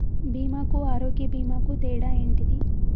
బీమా కు ఆరోగ్య బీమా కు తేడా ఏంటిది?